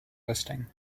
listing